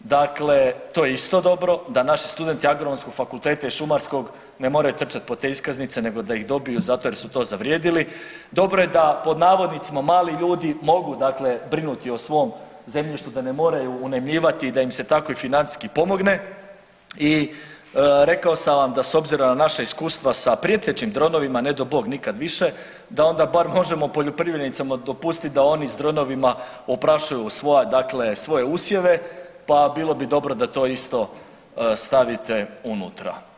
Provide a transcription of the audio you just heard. dakle to je isto dobro da naši studenti Agronomskog fakulteta i šumarskog ne moraju trčat po te iskaznice nego da ih dobiju zato jer su to zavrijedili, dobro je da pod navodnicima mali ljudi mogu dakle brinuti o svom zemljištu da ne moraju unajmljivati i da im se tako i financijski pomogne i rekao sam vam da s obzirom na naša iskustva sa prijetećim dronovima ne do Bog nikad više da onda bar možemo poljoprivrednicima dopustit da oni s dronovima oprašuju svoja dakle svoje usjeve, pa bilo bi dobro da to isto stavite unutra.